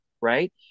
right